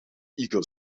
eagle